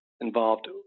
involved